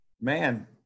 man